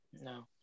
No